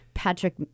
Patrick